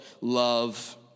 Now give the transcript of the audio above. love